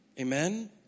Amen